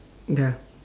ya